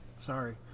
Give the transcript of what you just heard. Sorry